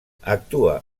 actua